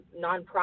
nonprofit